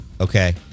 okay